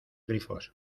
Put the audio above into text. grifos